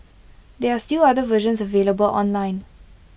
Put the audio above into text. there are still other versions available online